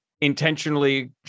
intentionally